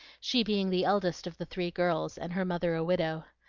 she being the eldest of the three girls, and her mother a widow.